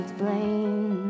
blame